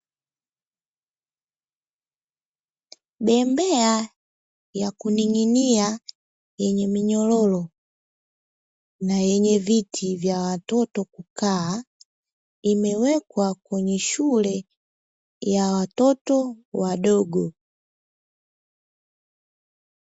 Bembea ya kuning’inia yenye minyororo na yenye viti vya watoto kukaa imewekwa kwenye shule ya watoto wadogo.